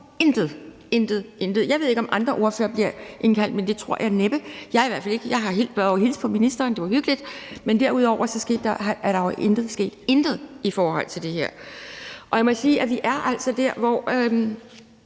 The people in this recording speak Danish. intet. Jeg ved ikke, om andre ordførere bliver indkaldt, men det tror jeg næppe. Jeg er i hvert fald ikke blevet indkaldt. Jeg har været ovre at hilse på ministeren, og det var hyggeligt, men derudover er der jo intet sket – intet – i forhold til det her. Jeg må sige, at vi altså er der, hvor